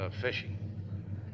fishing